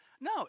No